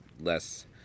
less